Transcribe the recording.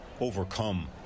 overcome